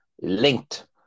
linked